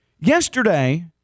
yesterday